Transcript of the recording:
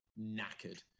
knackered